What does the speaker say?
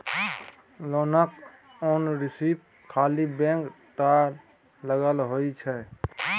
लोनक ओनरशिप खाली बैंके टा लग होइ छै